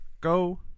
go